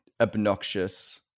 obnoxious